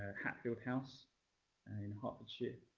hatfield house in hertfordshire.